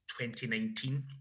2019